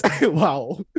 wow